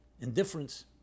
indifference